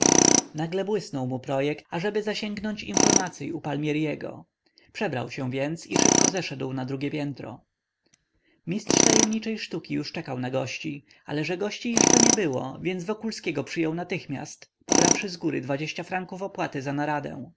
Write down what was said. nagle błysnął mu projekt ażeby zasięgnąć informacyj u palmierego przebrał się więc i szybko zeszedł na drugie piętro mistrz tajemniczej sztuki już czekał na gości ale że gości jeszcze nie było więc wokulskiego przyjął natychmiast pobrawszy zgóry franków opłaty za naradę